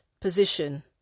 position